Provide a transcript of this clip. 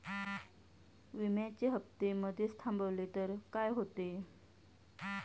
विम्याचे हफ्ते मधेच थांबवले तर काय होते?